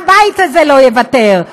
הבית הזה לא יוותר,